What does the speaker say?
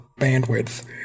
bandwidth